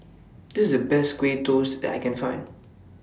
This IS The Best Kaya Toast that I Can Find